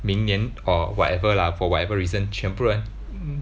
明年 or whatever lah for whatever reason 全部人